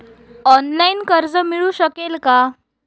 Online कर्ज मिळू शकेल का?